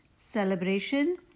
celebration